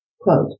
Quote